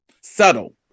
subtle